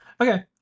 Okay